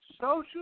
social